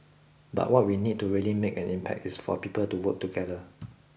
but what we need to really make an impact is for people to work together